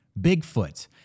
Bigfoot